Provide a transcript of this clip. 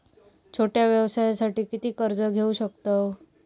छोट्या व्यवसायासाठी किती कर्ज घेऊ शकतव?